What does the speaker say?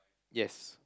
yes